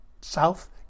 south